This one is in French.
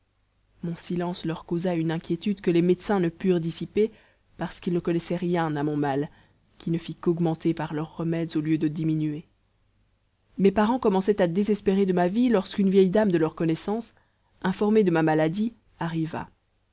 mon silence leur causa une inquiétude que les médecins ne purent dissiper parce qu'ils ne connaissaient rien à mon mal qui ne fit qu'augmenter par leurs remèdes au lieu de diminuer mes parents commençaient à désespérer de ma vie lorsqu'une vieille dame de leur connaissance informée de ma maladie arriva